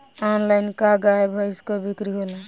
Online का गाय भैंस क बिक्री होला?